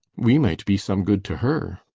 we might be some good to her,